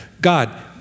God